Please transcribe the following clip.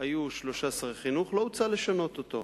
היו שלושה שרי חינוך, לא הוצע לשנות אותו.